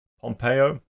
Pompeo